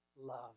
love